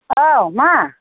औ मा